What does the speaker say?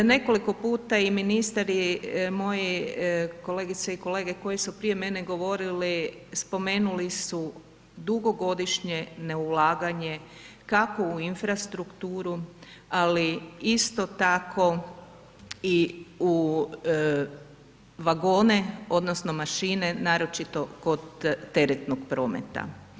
Nekoliko puta je i ministar je moj i kolegice i kolege koji su prije mene govorili spomenuli su dugogodišnje neulaganje kako u infrastrukturu ali isto tako i u vagone odnosno mašine naročito kod teretnog prometa.